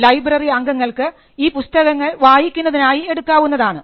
library അംഗങ്ങൾക്ക് ഈ പുസ്തകങ്ങൾ വായിക്കുന്നതിനായി എടുക്കാവുന്നതാണ്